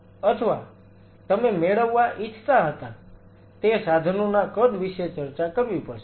અથવા તમે મેળવવા ઇચ્છતા હતા તે સાધનોના કદ વિશે ચર્ચા કરવી પડશે